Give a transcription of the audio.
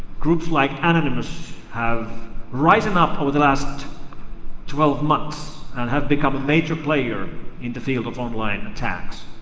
groups like anonymous have risen up over the last twelve months and have become a major player in the field of online attacks.